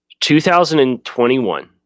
2021